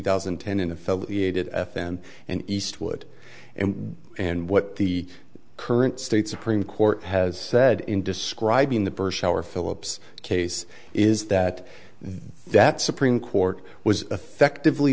thousand and ten in affiliated f n and eastwood and and what the current state supreme court has said in describing the bush our philip's case is that that supreme court was affectively